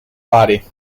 body